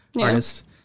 artist